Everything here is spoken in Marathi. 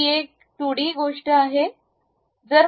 ही एक 2 डी गोष्ट आहे